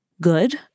good